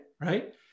right